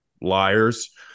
Liars